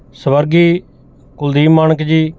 ਸਵਰਗੀ ਕੁਲਦੀਪ ਮਾਣਕ ਜੀ